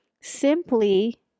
simply